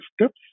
steps